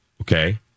okay